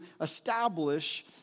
establish